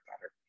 better